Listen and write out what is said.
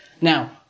Now